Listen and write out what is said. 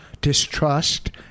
distrust